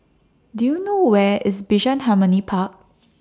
Do YOU know Where IS Bishan Harmony Park